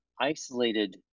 isolated